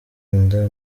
inda